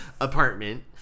apartment